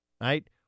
right